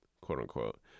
quote-unquote